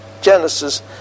Genesis